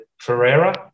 Ferreira